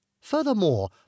Furthermore